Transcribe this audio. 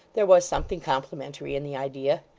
there was something complimentary in the idea.